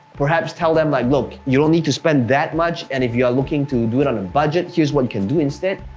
perhaps tell them, like, look, you don't need to spend that much, and if you are looking to do it on a budget, here's what you can do instead,